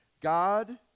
God